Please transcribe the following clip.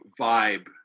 vibe